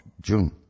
June